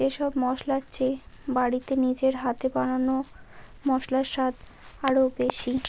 এসব মশলার চেয়ে বাড়িতে নিজের হাতে বানানো মশলার স্বাদ আরও বেশি